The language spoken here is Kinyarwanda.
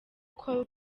col